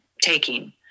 taking